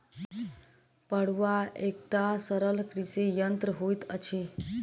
फड़ुआ एकटा सरल कृषि यंत्र होइत अछि